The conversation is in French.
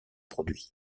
produits